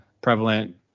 prevalent